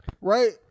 right